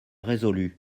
résolue